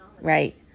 right